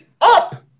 up